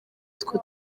utwo